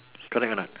correct or not